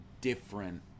different